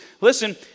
listen